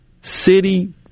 city